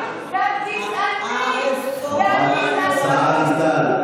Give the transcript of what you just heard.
האם רק בקולי-קולות ובצעקות?